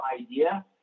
idea